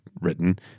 written